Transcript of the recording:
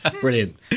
Brilliant